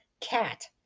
cat